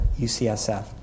UCSF